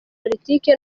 politiki